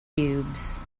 cubes